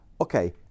okay